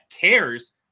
cares